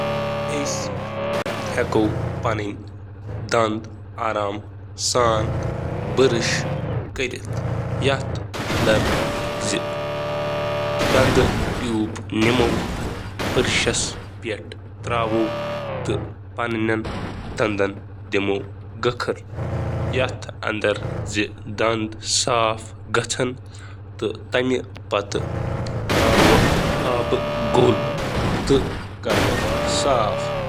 پنٕنۍ دنٛد صحیح پٲٹھۍ برش کرنہٕ خٲطرٕ چھِ کینٛہہ تجاویز: نرم برش کٔرِو استعمال، 45° زاویہٕ پیٹھ برش کٔرِو، مۄختصر، نرم سٹروک استعمال کٔرِو، تمام سطحن برش کٔرِو، کم از کم دۄن منٹن برش کٔرِو، دۄہس منٛز دۄیہِ لٹہِ برش کٔرِو تہٕ پنُن ٲس کٔرِو۔